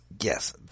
Yes